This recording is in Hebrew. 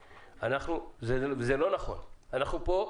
אנחנו פה,